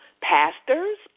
pastors